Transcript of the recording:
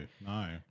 no